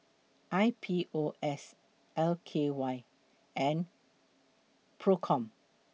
I P O S L K Y and PROCOM